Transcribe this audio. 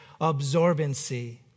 absorbency